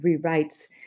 rewrites